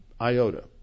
iota